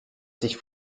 sich